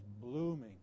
blooming